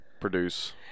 produce